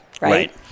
Right